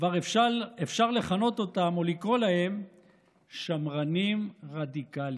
כבר אפשר לכנות אותם או לקרוא להם שמרנים רדיקליים.